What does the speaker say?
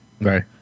Right